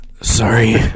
sorry